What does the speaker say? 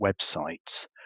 websites